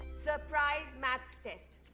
surprise math's test.